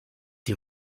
die